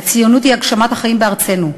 הציונות היא הגשמת החיים בארצנו.